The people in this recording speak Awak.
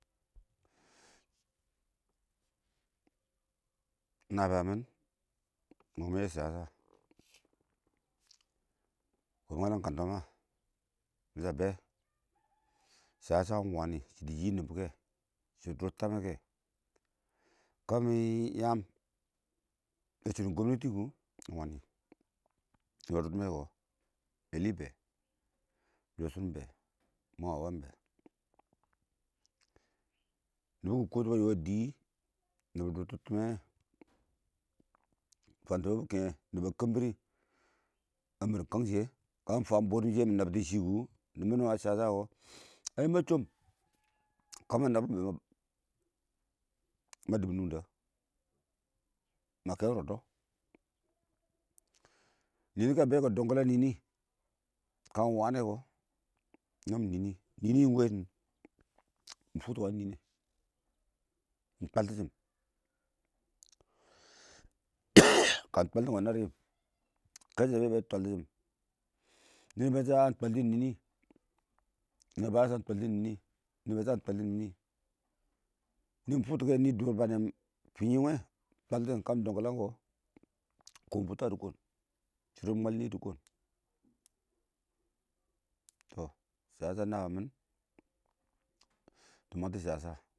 Naan biyang mɪn mang mɪ shiyasha momi ngals kanteɔma mɪ sha bɛ shiyasa iɪng wani shidɔ yɪ nibɔ, shidɔ dʊr tamɛ kɛ kamɪ lang yaam yɛ shidɔ kəmnɛ tɪ kʊ iɪng wani, ɛli bɛ iɪng ngawa bɛ yoshi bɛ, nibɛ kɪ kətʊ ba yɔ a dɪ nibɔ dʊr dʊr timmɛ wɛ fang dʊbʊ kingnɛ, niba kambir a marim kang shiye kashɪ mɪ fam bəddʊn shiyɛ mɪ nabbi tɪn shɪ nibbini wɔ a shɪya sha kɔ a ma chɔm kama nabbʊ bʊ kɛ ma dʊbʊm nungdɔ ma kɛ rəddɔ nɪɪn kabɛ nɪnɪ kə wani kɔ nami nɪɪn, nɪɪn shɪ iɪng wɛ ci moi fʊktɔ wangɪn nɪɪn iɪng twalti shɪn, kɪɪn twalti sim kɔ wangi a rɪm kɛshɛ bɛ bɛdi twalti shjin ninəng ba bɛ shɪ ya twalti shɪm nɪɪn, ninəng ba sha shɪ nwatɔn yang twalti shɪm nɪɪn nɪ mɪ fʊktʊ kɛni dʊr ba nɔ fiin fankuwɪ wɛ twaltuu shɪm kamɪ computa, shɪ kwan computadi koom mweni shɪ kwan, tɔ shiyasha naan biyang mɪn tɔ mandi shiyasha.